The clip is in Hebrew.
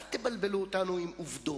אל תבלבלו אותנו עם עובדות,